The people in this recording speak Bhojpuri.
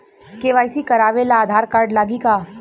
के.वाइ.सी करावे ला आधार कार्ड लागी का?